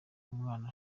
umwana